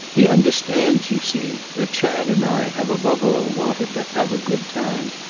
he understands, you see, that chad and i have above all wanted to have a good time,